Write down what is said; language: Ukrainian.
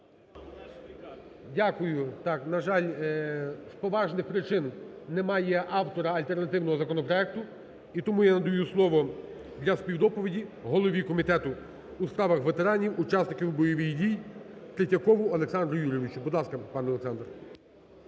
Дякую. Так, на жаль, з поважних причин немає автора альтернативного законопроекту. І тому я надаю слово для співдоповіді голові Комітету у справах ветеранів, учасників бойових дій Третьякову Олександру Юрійовичу. Будь ласка, пане Олександр.